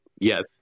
Yes